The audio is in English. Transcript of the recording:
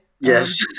yes